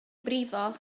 brifo